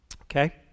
okay